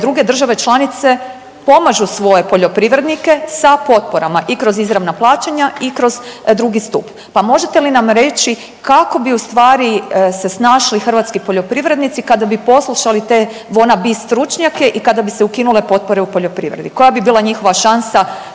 druge države članice pomažu svoje poljoprivrednike sa potporama i kroz izravna plaćanja i kroz drugi stup. Pa možete li nam reći kako bi u stvari se snašli hrvatski poljoprivrednici kada bi poslušali te wannabe stručnjake i kada bi se ukinule potpore u poljoprivredi. Koja bi bila njihova šansa